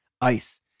ice